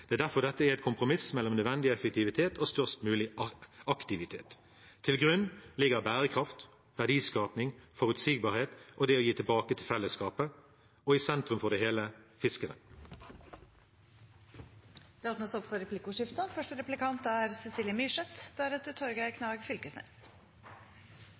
Det er derfor dette er et kompromiss mellom nødvendig effektivitet og størst mulig aktivitet. Til grunn ligger bærekraft, verdiskaping, forutsigbarhet, det å gi tilbake til fellesskapet, og i sentrum for det hele – fiskeren. Det blir replikkordskifte. Man kan nesten si at man startet dagen med et ganske stort sjøslag. Det er